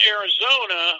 Arizona